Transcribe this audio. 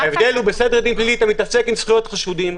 בסדר דין פלילי אתה מתעסק עם זכויות חשודים,